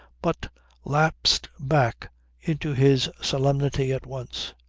but lapsed back into his solemnity at once.